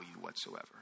whatsoever